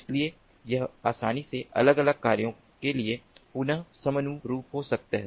इसलिए यह आसानी से अलग अलग कार्यों के लिए पुन समनुरूप हो सकता है